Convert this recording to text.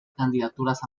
candidaturas